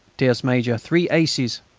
tierce major. three aces!